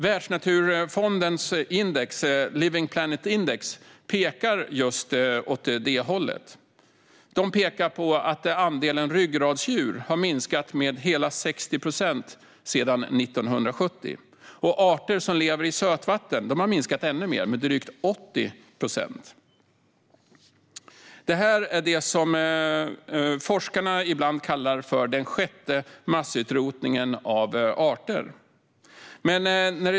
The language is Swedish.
Världsnaturfondens Living Planet Index pekar åt samma håll och visar att andelen ryggradsdjur har minskat med 60 procent sedan 1970. Arter som lever i sötvatten har minskat ännu mer, med drygt 80 procent. Detta kallar forskare ibland för den sjätte massutrotningen av arter.